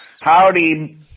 Howdy